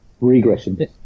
regression